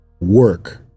work